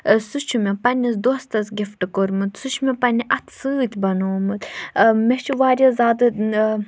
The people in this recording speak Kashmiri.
سُہ چھُ مےٚ پنٛنِس دوستَس گِفٹ کوٚرمُت سُہ چھُ مےٚ پنٛنہِ اَتھٕ سۭتۍ بَنومُت مےٚ چھُ واریاہ زیادٕ